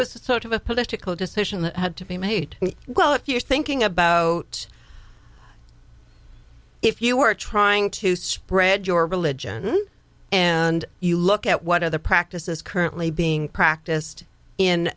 it's sort of a political decision that had to be made well if you're thinking about if you are trying to spread your religion and you look at what are the practices currently being practiced in